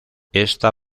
ésta